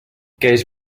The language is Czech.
kéž